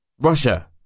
Russia